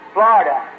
Florida